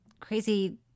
crazy